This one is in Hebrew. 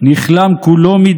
נכלם כולו,